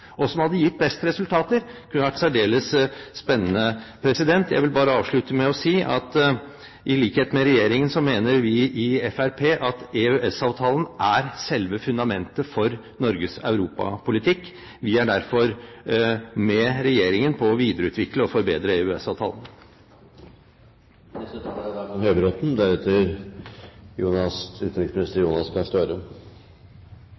og som hadde gitt best resultater. Det kunne vært særdeles spennende. Jeg vil avslutte med å si at i likhet med regjeringen mener vi i Fremskrittspartiet at EØS-avtalen er selve fundamentet for Norges europapolitikk. Vi er derfor med regjeringen på å videreutvikle og forbedre